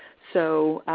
so,